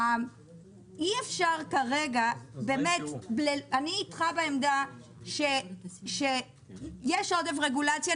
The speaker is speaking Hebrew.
אני אתך בעמדה שיש עודף רגולציה,